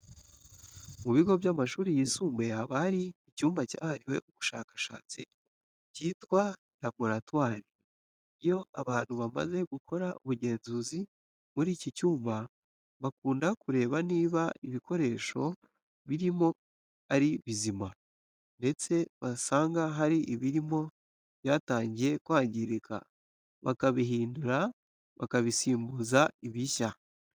Mu bigo by'amashuri yisumbuye haba hari icyumba cyahariwe ubushakashatsi cyitwa laboratwari. Iyo abantu bamaze gukora ubugenzuzi muri iki cyumba bakunda kureba niba ibikoresho birimo ari bizima, ndetse basanga hari ibirimo byatangiye kwangirika bakabihindura bakabisimbuza ibishya.